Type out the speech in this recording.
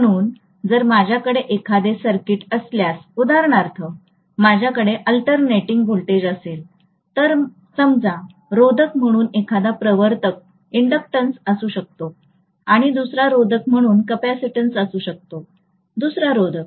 म्हणून जर माझ्याकडे एखादे सर्किट असल्यास उदाहरणार्थ माझ्याकडे अल्टरनेटिंग व्होल्टेज असेल तर समजा रोधक म्हणून एखादा प्रवर्तक इंडक्टन्स असू शकतो आणि दुसरा रोधक म्हणून कॅपेसिटन्स असू शकतो दुसरा रोधक